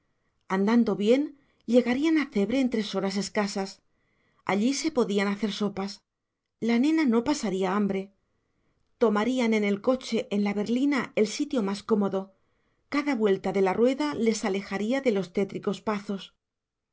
andando bien llegarían a cebre en tres horas escasas allí se podían hacer sopas la nena no pasaría hambre tomarían en el coche la berlina el sitio más cómodo cada vuelta de la rueda les alejaría de los tétricos pazos